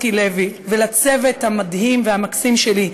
ואת ממשיכה אותנו